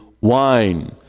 wine